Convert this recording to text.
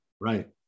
Right